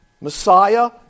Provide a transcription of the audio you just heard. Messiah